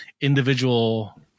individual